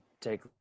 take